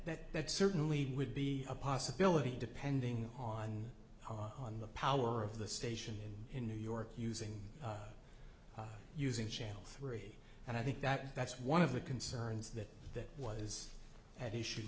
that certainly would be a possibility depending on on the power of the station in new york using using channel three and i think that that's one of the concerns that that was at issue